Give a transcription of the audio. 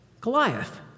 Goliath